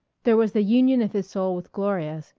there was the union of his soul with gloria's,